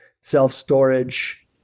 self-storage